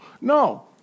No